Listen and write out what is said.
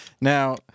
Now